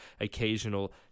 occasional